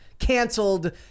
canceled